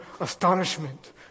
astonishment